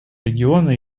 региона